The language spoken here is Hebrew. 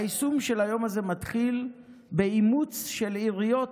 והיישום של היום הזה מתחיל באימוץ של עיריות